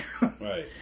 right